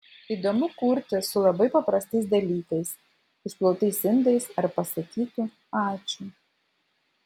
įdomu kurti su labai paprastais dalykais išplautais indais ar pasakytu ačiū